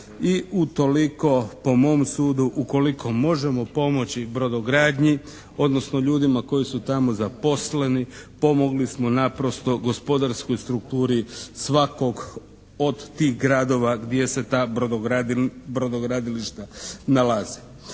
i utoliko po mom sudu ukoliko možemo pomoći brodogradnji odnosno ljudima koji su tamo zaposleni pomogli smo naprosto gospodarskoj strukturi svakog od tih gradova gdje se ta brodogradilišta nalaze.